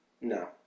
No